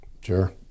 Sure